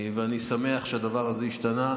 ואני שמח שהדבר הזה השתנה,